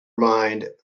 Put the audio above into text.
mind